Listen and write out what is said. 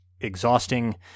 exhausting